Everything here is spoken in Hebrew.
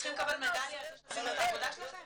אתם צריכים לקבל מדליה על זה שעשיתם את העבודה שלכם.